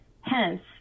Hence